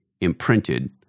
imprinted